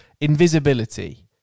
invisibility